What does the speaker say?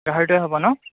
গাহৰিটোৱে হ'ব ন